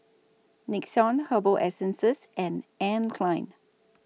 Nixon Herbal Essences and Anne Klein